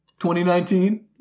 2019